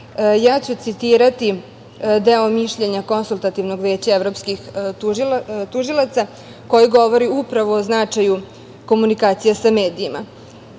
medijima. Citiraću deo mišljenja Konsultativnog veća evropskih tužilaca koje govori upravo o značaju komunikacije sa medijima.